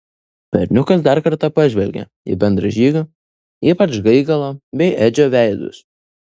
berniukas dar kartą pažvelgė į bendražygių ypač gaigalo bei edžio veidus